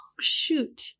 Shoot